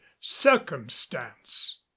circumstance